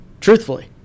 truthfully